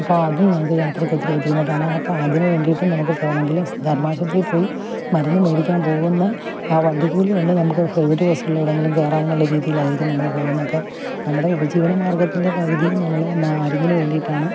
അപ്പം അത് ഞങ്ങൾക്ക് യാത്രക്ക് ഒത്തിരി ബുദ്ധിമുട്ടാണ് അപ്പം അതിനുവേണ്ടിയിട്ട് നമുക്ക് പോകണമെങ്കിൽ ധർമ്മാശുപത്രിയിൽ പോയി മരുന്ന് മേടിക്കാൻ പോകുന്ന ആ വണ്ടിക്കൂലികൊണ്ട് നമുക്ക് പ്രൈവറ്റ് ഹോസ്പിറ്റലിൽ ഏതെങ്കിലും കേറാമെന്നുള്ള രീതിയിലായിരിക്കും നമ്മൾ പോകുന്നത് അപ്പോൾ നമ്മുടെ ഉപജീവനമാർഗ്ഗത്തിൻ്റെ പകുതിയും നമ്മൾ മരുന്നിനുവേണ്ടിയിട്ടാണ്